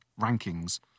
rankings